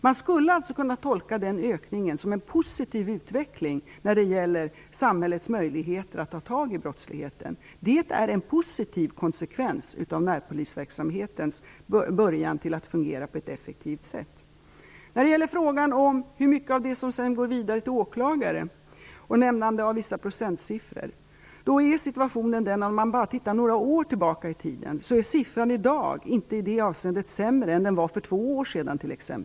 Man skulle alltså kunna tolka den ökningen som en positiv utveckling när det gäller samhällets möjligheter att ta tag i brottsligheten. Det är en positiv konsekvens av att närpolisverksamheten börjar att fungera på ett effektivt sätt. När det gäller frågan om hur mycket av detta som sedan går vidare till åklagare, och om det går att nämna några procentsiffror, är situationen den att om man tittar bara några år tillbaka i tiden är det i dag inte sämre än det var för t.ex. två år sedan.